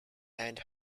and